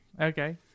Okay